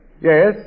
Yes